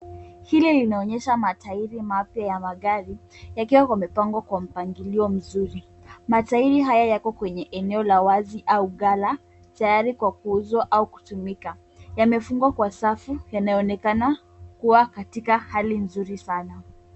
Hili linaonyesha matairi mapya ya magari yakiwa yamepangwa kwa mpangilio mzuri, matairi haya yako kwenye eneo la wazi au ghala tayari kwa kuuzwa au kutumika. Yamefungwa kwa safu yanayoonekana kuwa katika hali nzuri sana.